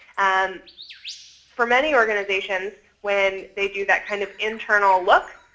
and for many organizations, when they do that kind of internal look,